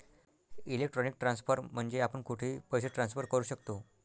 electronic transfer म्हणजे आपण कुठेही पैसे ट्रान्सफर करू शकतो